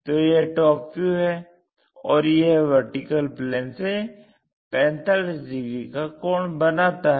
तो यह top view है और यह VP से 45 डिग्री का कोण बनाता है